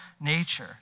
nature